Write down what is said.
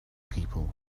people